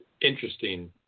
interesting